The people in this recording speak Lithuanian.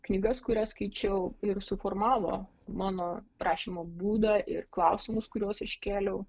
knygas kurias skaičiau ir suformavo mano rašymo būdą ir klausimus kuriuos iškėliau